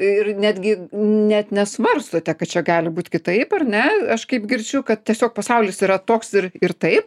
ir netgi net nesvarstote kad čia gali būt kitaip ar ne aš kaip girdžiu kad tiesiog pasaulis yra toks ir ir taip